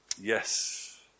Yes